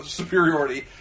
superiority